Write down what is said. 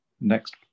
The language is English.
next